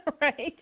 right